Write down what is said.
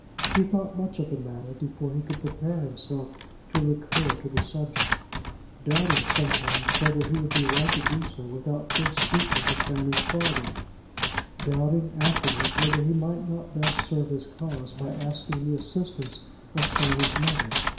he thought much of the matter before he could prepare himself to recur to the subject doubting, sometimes, whether he would be right to do so without first speaking to fanny's father doubting, afterwards, whether he might not best serve his cause by asking the assistance of fanny's mother.